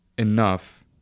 enough